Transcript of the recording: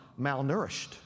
malnourished